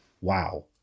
wow